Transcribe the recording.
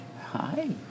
Hi